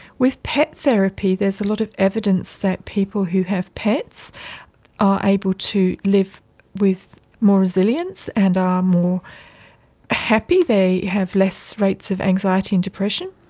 with pet therapy there's a lot of evidence that people who have pets are able to live with more resilience and are um more happy, they have less rates of anxiety and depression.